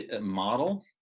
model